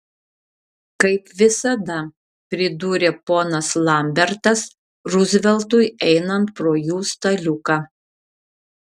kaip visada pridūrė ponas lambertas ruzveltui einant pro jų staliuką